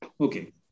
Okay